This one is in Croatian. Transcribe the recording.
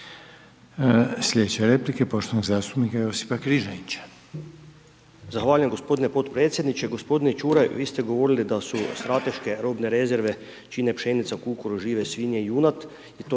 Sljedeća replike, poštovanog zastupnika Josipa Križanića. **Križanić, Josip (HDZ)** Zahvaljujem g. potpredsjedniče. G. Čuraj, vi ste govorili da su strateške robne rezerve čine pšenica, kukuruz, žive svinje i junad